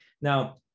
Now